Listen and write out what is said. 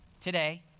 today